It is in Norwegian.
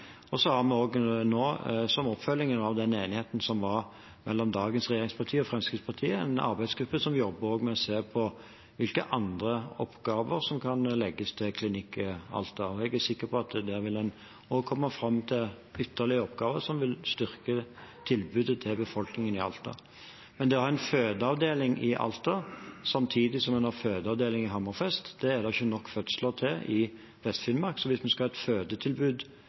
Så har vi også nå, som oppfølging av den enigheten som var mellom dagens regjeringspartier og Fremskrittspartiet, en arbeidsgruppe som jobber med å se på hvilke andre oppgaver som kan legges til Klinikk Alta. Jeg er sikker på at der vil en også komme fram til ytterligere oppgaver som vil styrke tilbudet til befolkningen i Alta. Men å ha en fødeavdeling i Alta samtidig som en har en fødeavdeling i Hammerfest – det er det ikke nok fødsler til i Vest-Finnmark. Så hvis